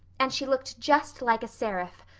and she looked just like a seraph.